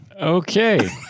Okay